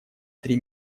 три